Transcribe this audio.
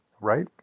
right